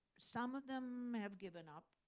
some of them have given up.